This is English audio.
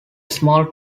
small